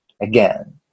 again